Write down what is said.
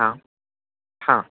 हा हा